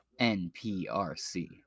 NPRC